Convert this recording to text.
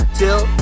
till